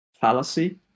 fallacy